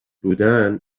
بودن